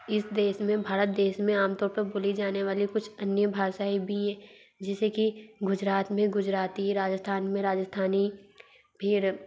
इस देश मे भारत देश में आमतौर पर बोली जाने वाली कुछ अन्य भाषाएं भी है जैसे कि गुजरात मे गुजराती है राजस्थान मे राजस्थानी फिर